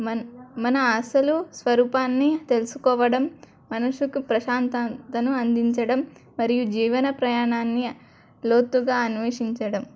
మన్ మన ఆశలు స్వరూపాన్ని తెలుసుకోవడం మనసుకు ప్రశాంతంతను అందించడం మరియు జీవన ప్రయాణాన్ని లోతుగా అన్వేషించడం